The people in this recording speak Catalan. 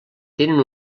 tenen